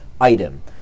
item